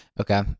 Okay